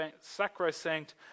sacrosanct